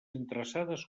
interessades